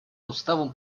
уставом